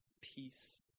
peace